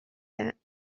that